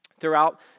throughout